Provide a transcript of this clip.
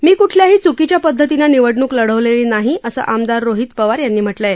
मी कुठल्याही च्कीच्या पद्धतीनं निवडणूक लढवलेली नाही असं आमदार रोहीत पवार यांनी म्हटलं आहे